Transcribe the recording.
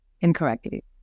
incorrectly